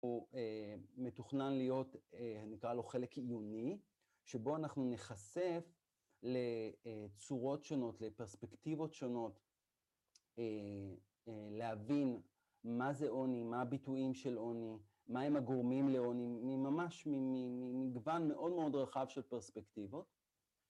הוא מתוכנן להיות, נקרא לו חלק עיוני, שבו אנחנו ניחשף לצורות שונות, לפרספקטיבות שונות להבין מה זה עוני, מה הביטויים של עוני, מה הם הגורמים לעוני, ממש מגוון מאוד מאוד רחב של פרספקטיבות